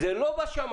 זה לא בשמיים.